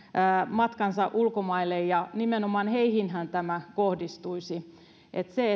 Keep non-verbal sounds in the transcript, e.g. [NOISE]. matkansa ulkomaille ja nimenomaan heihinhän tämä kohdistuisi eihän se [UNINTELLIGIBLE]